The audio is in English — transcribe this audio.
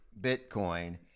Bitcoin